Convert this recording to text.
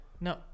No